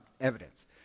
evidence